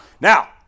Now –